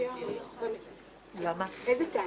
איזה טענה?